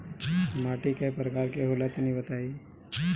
माटी कै प्रकार के होला तनि बताई?